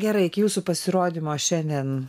gerai iki jūsų pasirodymo šiandien